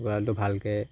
গঁৰালটো ভালকে